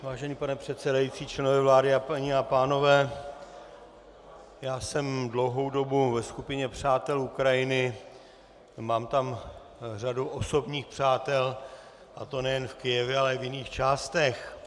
Vážený pane předsedající, členové vlády, paní a pánové, jsem dlouhou dobu ve Skupině přátel Ukrajiny, mám tam řadu osobních přátel, a to nejenom v Kyjevě, ale i v jiných částech.